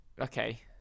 Okay